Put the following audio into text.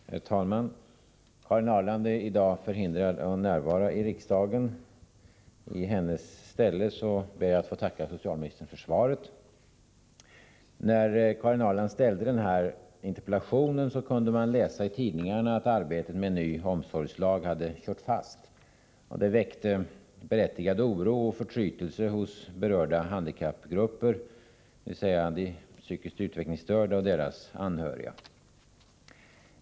Herr talman! Karin Ahrland är i dag förhindrad att närvara i riksdagen. I hennes ställe ber jag att få tacka socialministern för svaret. När Karin Ahrland framställde sin interpellation kunde man läsa i tidningarna att arbetet med en ny omsorgslag hade kört fast. Det väckte berättigad oro och förtrytelse hos berörda handikappgrupper, dvs. de psykiskt utvecklingsstörda och deras anhöriga.